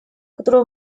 который